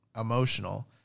emotional